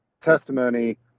testimony